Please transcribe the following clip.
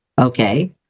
Okay